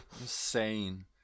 Insane